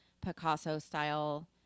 Picasso-style